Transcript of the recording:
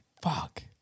fuck